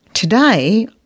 Today